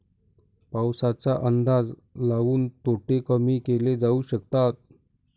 पाऊसाचा अंदाज लाऊन तोटे कमी केले जाऊ शकतात